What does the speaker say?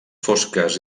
fosques